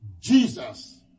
jesus